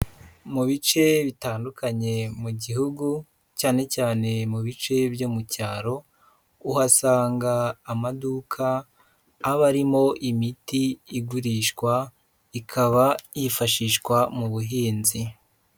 Mu bice bitandukanye mu gihugu, cyane cyane mu bice byo mu cyaro, uhasanga amaduka aba arimo imiti igurishwa, ikaba yifashishwa mu buhinzi.